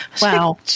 wow